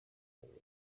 babiri